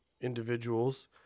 individuals